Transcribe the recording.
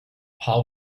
paul